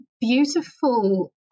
beautiful